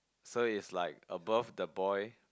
so is like above the boy